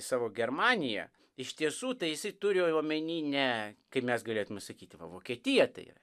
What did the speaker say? savo germanija iš tiesų tai jisai turi omeny ne kaip mes galėtume sakyti vokietija tai